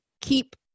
keep